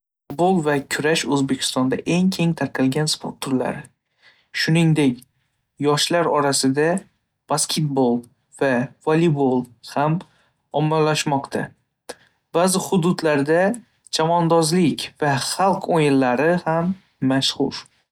Futbol va kurash O‘zbekistonda eng keng tarqalgan sport turlari. Shuningdek, yoshlar orasida basketbol va voleybol ham ommalashmoqda. Ba'zi hududlarda chavandozlik va xalq o‘yinlari ham mashhur.